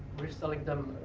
we're selling them,